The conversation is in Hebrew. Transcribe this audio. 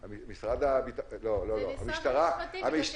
זה משרד המשפטים.